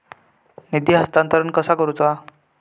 निधी हस्तांतरण कसा करुचा?